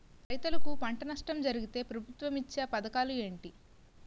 రైతులుకి పంట నష్టం జరిగితే ప్రభుత్వం ఇచ్చా పథకాలు ఏంటి?